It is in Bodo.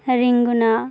रेंगुना